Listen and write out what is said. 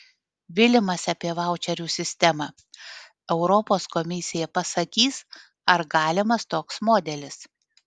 vilimas apie vaučerių sistemą europos komisija pasakys ar galimas toks modelis